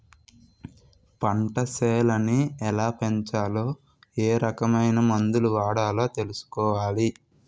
పంటసేలని ఎలాపెంచాలో ఏరకమైన మందులు వాడాలో తెలుసుకోవాలి